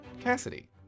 Cassidy